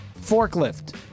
forklift